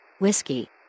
Whiskey